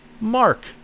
Mark